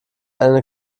eine